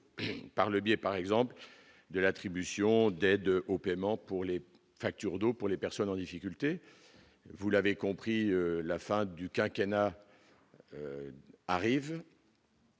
par le biais, par exemple, de l'attribution d'aides au paiement, pour les petits, facture d'eau pour les personnes en difficulté, vous l'avez compris la fin du quinquennat. Arrivé.